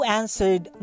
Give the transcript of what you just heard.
answered